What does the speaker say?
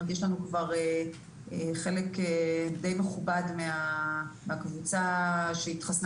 יש לנו כבר חלק די מכובד מהקבוצה שהתחסנה